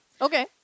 Okay